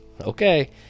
Okay